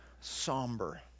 somber